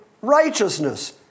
righteousness